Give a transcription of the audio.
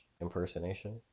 impersonation